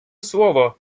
слово